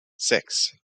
six